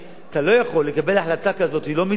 אתה לא יכול לקבל החלטה כזאת שהיא לא מידתית,